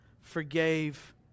forgave